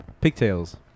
Pigtails